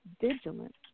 vigilant